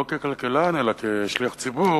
לא ככלכלן אלא כשליח ציבור,